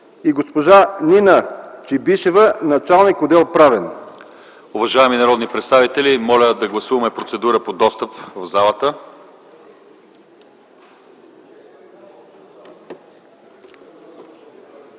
и госпожа Нина Чебишева – началник отдел „Правен”.